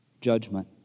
judgment